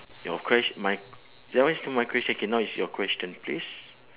your questi~ my that one is not my question K now is your question please